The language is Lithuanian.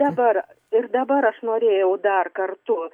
dabar ir dabar aš norėjau dar kartų